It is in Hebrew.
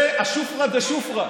זה השופרא דשופרא,